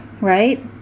right